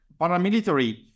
paramilitary